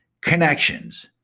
connections